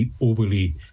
overly